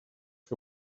que